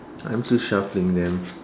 I'm still shuffling them